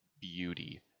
beauty